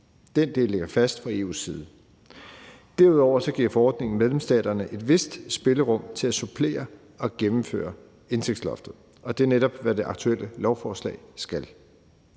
Den del ligger fast fra EU's side. Derudover giver forordningen medlemsstaterne et vist spillerum til at supplere og gennemføre indtægtsloftet, og det er netop, hvad det aktuelle lovforslag skal.